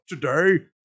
today